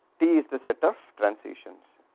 t is the set of transitions